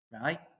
right